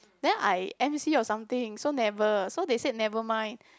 then I M_C or something so never so they said nevermind